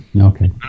Okay